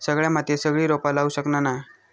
सगळ्या मातीयेत सगळी रोपा लावू शकना नाय